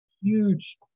huge